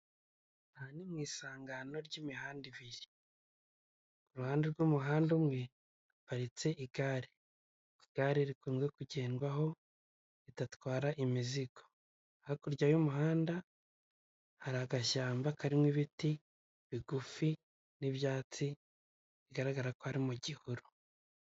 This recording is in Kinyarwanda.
Aha ni mu isangano ry'imihanda ibiri, iruhande rw'umuhanda umwe haparitse igare, igare rikunze kugendwaho ridatwara imizigo, hakurya y'umuhanda hari agashyamba karimo ibiti bigufi n'ibyatsi bigaragara ko ari mu gihuru.